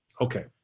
Okay